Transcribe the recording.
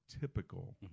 typical